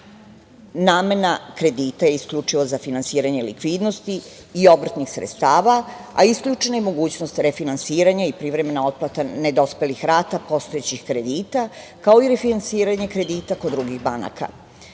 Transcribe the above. kredita je isključivo za finansiranje likvidnosti i obrtnih sredstava, a isključena je i mogućnost refinansiranja i privremena otplata nedospelih rata postojećih kredita, kao i refinansiranje kredita kod drugih banaka.